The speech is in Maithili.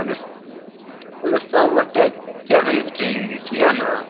अच्छा शाममे चारि बजेसँ ट्रेनिंग दै छी इएह ने